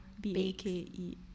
B-A-K-E